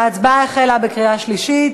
החלה ההצבעה בקריאה שלישית.